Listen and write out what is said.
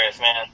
man